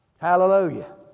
Hallelujah